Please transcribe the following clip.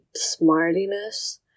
smartiness